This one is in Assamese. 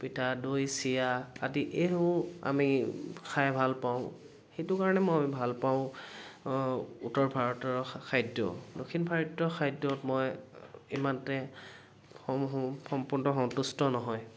পিঠা দৈ চিৰা আদি এইসমূহ আমি খাই ভাল পাওঁ সেইটো কাৰণে মই ভাল পাওঁ উত্তৰ ভাৰতৰ খাদ্য দক্ষিণ ভাৰতীয় খাদ্যত মই ইমানতে সম্পূৰ্ণ সন্তুষ্ট নহয়